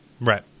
right